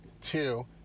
two